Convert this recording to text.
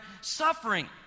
suffering